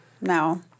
No